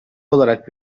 olarak